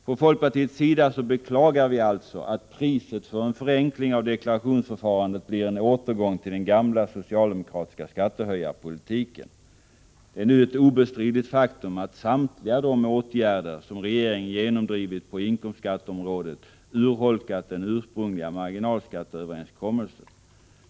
Från folkpartiets sida beklagar vi alltså att priset för en förenkling av deklarationsförfarandet blir en återgång till den gamla socialdemokratiska skattehöjarpolitiken. Det är nu ett obestridligt faktum att samtliga de åtgärder som regeringen genomdrivit på inkomstskatteområdet urholkat den ursprungliga marginalskatteöverenskommelsen.